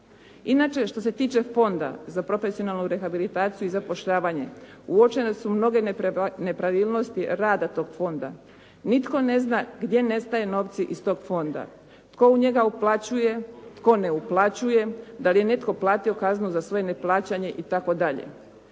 Inače, što se tiče Fonda za profesionalnu rehabilitaciju i zapošljavanje uočene su mnoge nepravilnosti rada tog fonda. Nitko ne zna gdje nestaju novci iz tog fonda, tko u njega uplaćuje, tko ne uplaćuje, da li je netko platio kaznu za svoje neplaćanje itd.